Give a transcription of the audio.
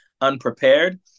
unprepared